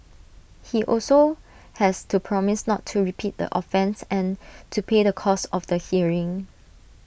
he also has to promise not to repeat the offence and to pay the cost of the hearing